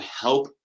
help